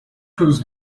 cruz